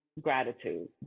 gratitude